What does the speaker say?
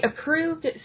approved